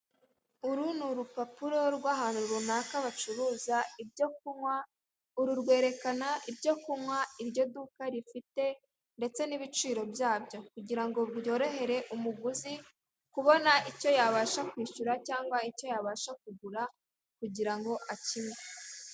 Uru ni urupapuro rw'ahantu runaka bacuruza ibyo kunywa uru rwerekana ibyokunkwa iryo duka rifite ndetse n'ibiciro byabyo, kugirango byorohere umuguzi kubona icyo y'abasha kwishyura cyangwa icyo y'abasha kugura kugirango akinkwe.